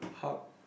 hub